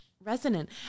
resonant